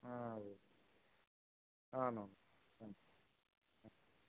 అదే అవును